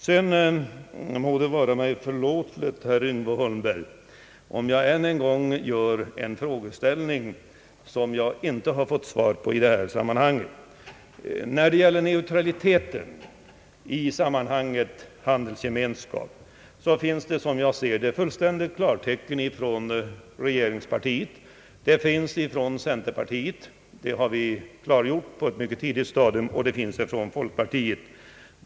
Sedan må det vara mig förlåtet, herr Yngve Holmberg, om jag än en gång ställer en fråga som jag inte fått svar på: När det gäller neutraliteten i sammanhang med handelsgemenskap har, som jag ser det, fullt klara besked erhållits från regeringspartiet. Från centerpartiet har inställningen klargjorts på ett mycket tidigt stadium, liksom från folkpartiet.